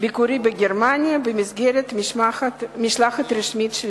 ביקורי בגרמניה במסגרת משלחת רשמית של